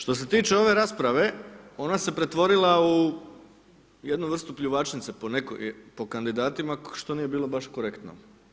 Što se tiče ove rasprave, ona se pretvorila u jednu vrstu pljuvačnice, po kandidatima, što nije bilo baš korektno.